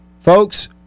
Folks